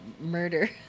murder